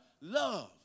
Love